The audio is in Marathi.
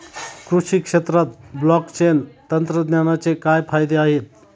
कृषी क्षेत्रात ब्लॉकचेन तंत्रज्ञानाचे काय फायदे आहेत?